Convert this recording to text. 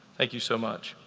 thank you so much.